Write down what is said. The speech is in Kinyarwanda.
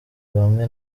bamwe